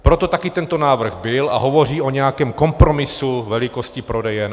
Proto taky tento návrh byl a hovoří o nějakém kompromisu velikosti prodejen.